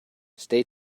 stay